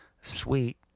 sweet